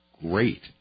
great